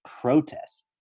protest